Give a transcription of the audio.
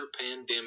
pandemic